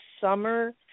summer